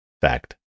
Fact